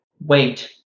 Wait